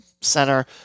Center